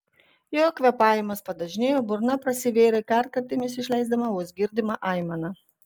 jo kvėpavimas padažnėjo burna prasivėrė kartkartėmis išleisdama vos girdimą aimaną